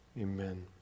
Amen